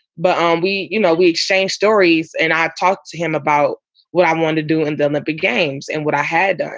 but um we you know, we exchange stories. and i talked to him about what i want to do and then the big games and what i had.